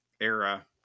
era